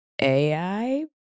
ai